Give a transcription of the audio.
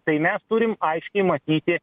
tai mes turim aiškiai matyti